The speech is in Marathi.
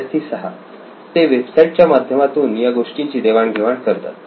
विद्यार्थी 6 ते वेबसाईट च्या माध्यमातून या गोष्टींची देवाणघेवाण करतात